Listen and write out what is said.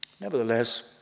Nevertheless